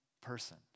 person